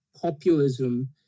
populism